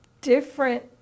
different